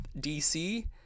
DC